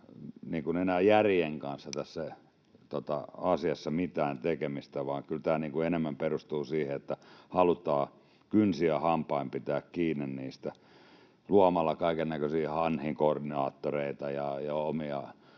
enää järjen kanssa mitään tekemistä, vaan kyllä tämä enemmän perustuu siihen, että halutaan kynsin ja hampain pitää kiinni niistä luomalla kaikennäköisiä hanhikoordinaattoreita ja omia